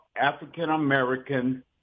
African-American